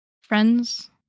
Friends